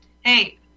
Hey